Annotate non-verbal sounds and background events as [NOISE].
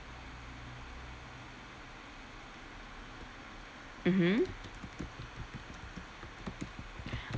mmhmm [BREATH]